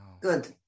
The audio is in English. Good